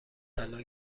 طلا